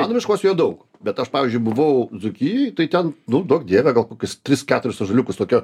man raiškos jo daug bet aš pavyzdžiui buvau dzūkijoj tai ten nu duok dieve gal kokius tris keturis ąžuoliukus tokia